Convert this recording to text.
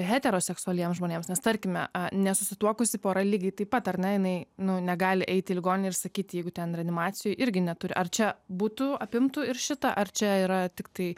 heteroseksualiems žmonėms nes tarkime nesusituokusi pora lygiai taip pat ar ne jinai negali eiti į ligoninę ir sakyti jeigu ten reanimacijoj irgi neturi ar čia būtų apimtų ir šitą ar čia yra tiktai